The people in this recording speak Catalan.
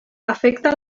afecta